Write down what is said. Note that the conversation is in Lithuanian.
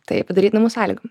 tai padaryt namų sąlygom